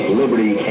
liberty